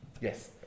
Yes